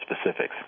specifics